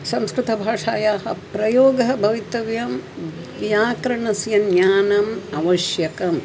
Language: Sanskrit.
संस्कृतभाषायाः प्रयोगं भवितव्यं व्याकरणस्य ज्ञानम्